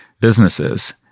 businesses